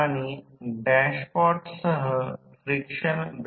तर येथे प्रवाह आहे I1 आणि या भागाचा विचार केल्यास ते I2 I1 आहे